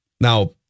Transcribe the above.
Now